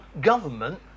government